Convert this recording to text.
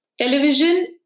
Television